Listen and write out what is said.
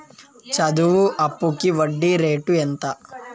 చదువు అప్పుకి వడ్డీ రేటు ఎంత?